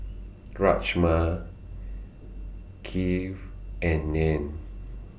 Rajma Kheer and Naan